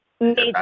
Major